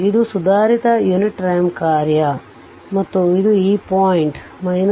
ಇದು ಸುಧಾರಿತ unit ramp ಕಾರ್ಯಮತ್ತು ಇದು ಈ ಪಾಯಿಂಟ್ t0 1